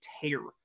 tear